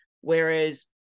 whereas